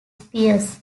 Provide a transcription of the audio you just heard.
peers